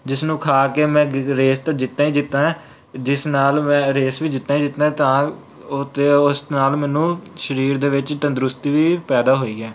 ਜਿਸ ਨੂੰ ਖਾ ਕੇ ਮੈਂ ਗਿ ਰੇਸ ਤਾਂ ਜਿੱਤਦਾ ਹੀ ਜਿੱਤਦਾ ਜਿਸ ਨਾਲ ਮੈਂ ਰੇਸ ਵੀ ਜਿੱਤਦਾ ਹੀ ਜਿੱਤਦਾ ਤਾਂ ਉਹ ਅਤੇ ਉਸ ਨਾਲ ਮੈਨੂੰ ਸਰੀਰ ਦੇ ਵਿੱਚ ਤੰਦਰੁਸਤੀ ਵੀ ਪੈਦਾ ਹੋਈ ਹੈ